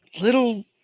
Little